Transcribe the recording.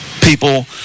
people